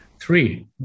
Three